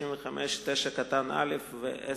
35(9)(א) ו-(10),